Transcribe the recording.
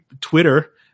Twitter